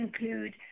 include